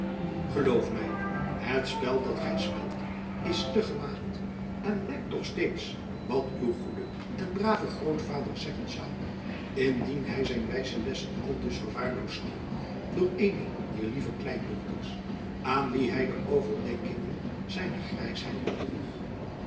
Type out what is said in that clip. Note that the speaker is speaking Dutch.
geloof my het spel dat gy speelt is te gewaagd en denk toch steeds wat uw goede en brave grootvader zeggen zoû indien hy zijn wijze lessen aldus verwaarloosd zag door eene dier lieve kleindochters aan wie hy de overdenkingen zijner grijsheid opdroeg